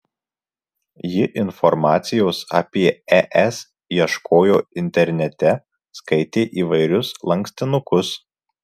ji informacijos apie es ieškojo internete skaitė įvairiausius lankstinukus